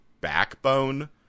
Backbone